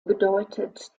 bedeutet